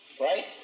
Right